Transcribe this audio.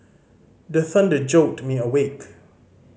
the thunder jolt me awake